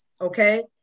okay